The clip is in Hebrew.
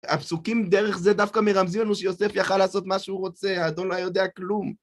הפסוקים דרך זה דווקא מרמזים לנו שיוסף יכל לעשות מה שהוא רוצה, האדון לא יודע כלום.